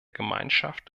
gemeinschaft